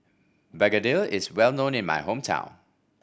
Begedil is well known in my hometown